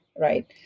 right